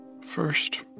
First